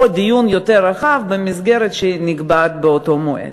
דיון יותר רחב במסגרת שנקבעת באותו מועד.